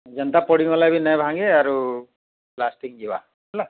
ଯେନ୍ତା ପଡ଼ିଗଲେ ବି ନେଇ ଭାଙ୍ଗେ ଆରୁ ପ୍ଲାଷ୍ଟିକ ଯିବା ହେଲା